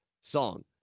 song